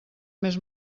més